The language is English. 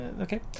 Okay